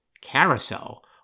Carousel